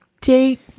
date